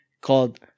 called